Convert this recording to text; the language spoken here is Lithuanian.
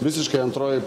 visiškai antroj